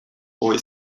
boy